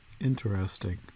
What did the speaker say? interesting